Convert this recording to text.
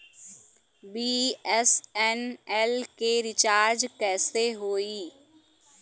BSNL के recharge कैसे होयी?